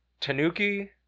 Tanuki